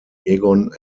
egon